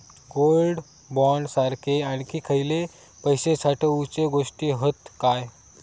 Gold bond सारखे आणखी खयले पैशे साठवूचे गोष्टी हत काय?